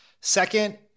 Second